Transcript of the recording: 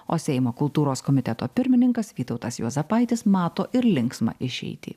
o seimo kultūros komiteto pirmininkas vytautas juozapaitis mato ir linksmą išeitį